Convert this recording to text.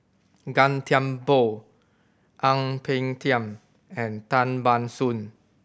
Gan Thiam Poh Ang Peng Tiam and Tan Ban Soon